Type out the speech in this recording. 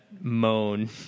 moan